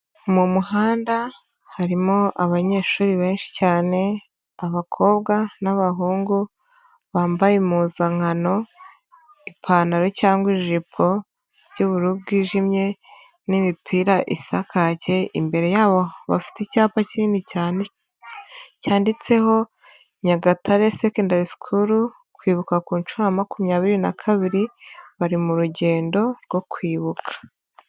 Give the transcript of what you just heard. Mu muhanda harimo abanyeshuri benshi cyane, abakobwa n'abahungu, bambaye impuzankano, ipantaro cyangwa ijipo by'ubururu bwijimye n'imipira isa kake, imbere yabo bafite icyapa kinini cyane cyanditseho Nyagatare secondar school, kwibuka ku nshuro ya makumyabiri na kabiri, bari mu rugendo rwo kwibuka.